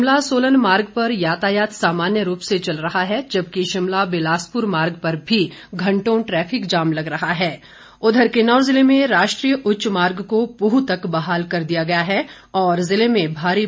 शिमला सोलन मार्ग पर यातायात सामान्य रूप से चल रहा है जबकि शिमला बिलासपुर मार्ग पर भी घंटों ट्रैफिक जाम लग रहा उधर किन्नौर जिले में राष्ट्रीय उच्च मार्ग को पूह तक बहाल कर दिया गया है और जिले में भारी है